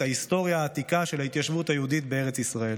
ההיסטוריה העתיקה של ההתיישבות היהודית בארץ ישראל